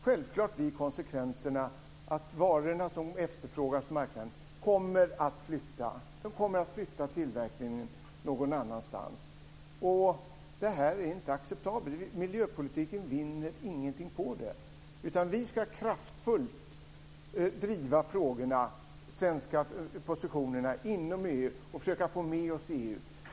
Självklart blir konsekvenserna att tillverkningen av de varor som efterfrågas på marknaden flyttas någon annanstans. Detta är inte acceptabelt. Miljöpolitiken vinner ingenting på det, utan vi ska kraftfullt driva de svenska positionerna inom EU och försöka få med oss EU.